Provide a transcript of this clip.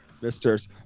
Misters